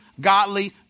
Godly